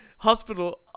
Hospital